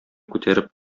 күтәреп